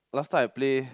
last time I play